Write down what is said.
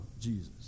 Jesus